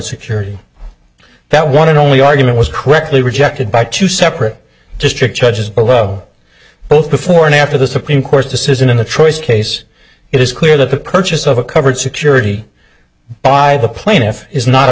secured that one and only argument was quickly rejected by two separate district judges below both before and after the supreme court's decision in the troy's case it is clear that the purchase of a covered security by the plaintiff is not a